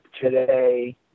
today